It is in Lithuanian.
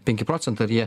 penki procentai ar jie